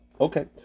Okay